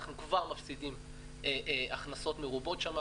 אנחנו כבר מפסידים הכנסות מרובות שם.